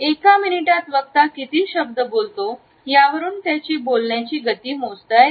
एका मिनिटात वक्ता किती शब्द बोलतो यावरून त्याची बोलण्याची गती मोजता येते